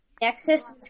Nexus